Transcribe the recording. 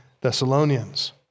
Thessalonians